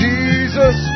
Jesus